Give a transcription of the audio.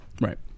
Right